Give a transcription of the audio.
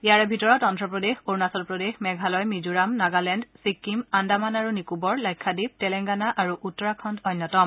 ইয়াৰে ভিতৰত অন্ধ্ৰপ্ৰদেশ অৰুণাচলপ্ৰদেশ মেঘালয় মিজোৰাম নগালেণ্ড ছিক্কিম আন্দামান আৰু নিকোবৰ লাক্ষাঘীপ তেলেংগানা আৰু উত্তৰাখণ্ড অন্যতম